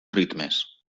ritmes